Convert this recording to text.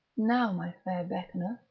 now, my fair beckoner!